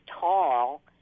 tall